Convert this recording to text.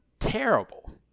Terrible